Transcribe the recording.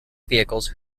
vehicles